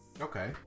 Okay